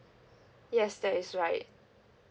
yes that is right